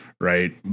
right